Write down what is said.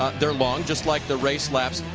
ah they are long just like the race laps.